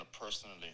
personally